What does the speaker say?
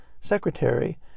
secretary